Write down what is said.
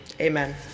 Amen